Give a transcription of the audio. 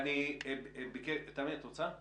ברשותך, אני אפריד בין שלב ההיערכות לשלב הביצוע.